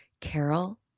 Carol